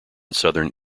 southern